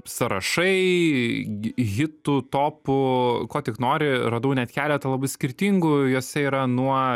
sąrašai hitų topų ko tik nori radau net keletą labai skirtingų jose yra nuo